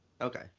Okay